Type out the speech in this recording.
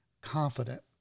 confident